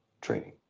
training